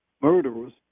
murderers